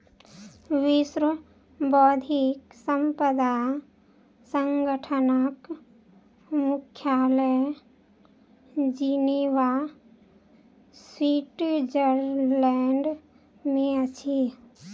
विश्व बौद्धिक संपदा संगठनक मुख्यालय जिनेवा, स्विट्ज़रलैंड में अछि